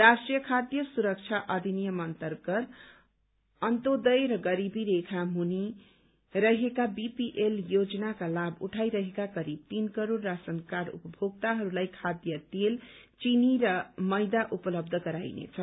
राष्ट्रीय खाद्य सुरक्षा अधिनियम अन्तर्गत अन्तोदय र गरिबी रेखादेखि मुनि रहेका बीपीएस योजनाका लाभ उठाइरहेका करीब तीन करोड़ राशन कार्ड उपभोक्ताहरूलाई खाद्य तेल चिनी र मैदा उपलब्य गराइनेछ